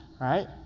right